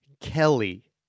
Kelly